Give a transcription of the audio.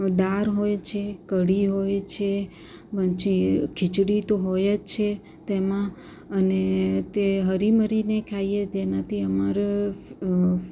દાળ હોય છે કઢી હોય છે પછી ખીચડી તો હોય જ છે તેમાં અને તે હળી મળીને ખાઈએ તેનાથી અમારા